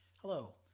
Hello